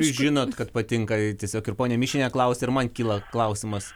žinot kad patinka jai tiesiog ir ponia mišienė klausia ir man kyla klausimas